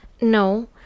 No